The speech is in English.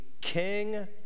king